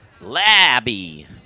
Labby